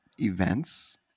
events